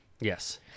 yes